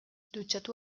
dutxatu